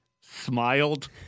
smiled